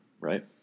right